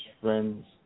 friends